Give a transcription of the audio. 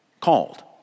called